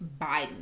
Biden